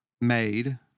made